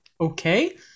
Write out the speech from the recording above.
Okay